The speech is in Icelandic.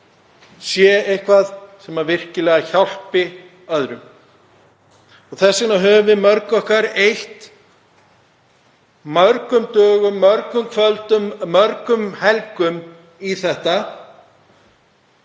sé eitthvað sem virkilega hjálpi öðrum. Þess vegna höfum við mörg okkar eytt mörgum dögum, mörgum kvöldum, mörgum helgum í þetta.